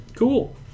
Cool